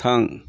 थां